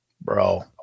Bro